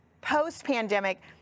post-pandemic